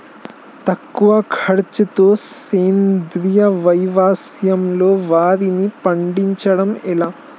తక్కువ ఖర్చుతో సేంద్రీయ వ్యవసాయంలో వారిని పండించడం ఎలా?